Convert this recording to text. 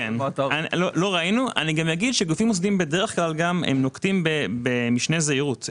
גופים מוסדיים נוקטים במשנה זהירות.